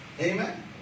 Amen